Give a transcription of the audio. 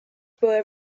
were